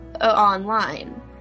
online